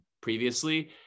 previously